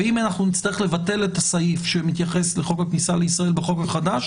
אם אנחנו נצטרך לבטל את הסעיף שמתייחס לחוק הכניסה לישראל בחוק החדש,